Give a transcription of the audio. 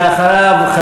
ואחריו,